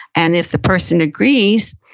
and, if the person agrees,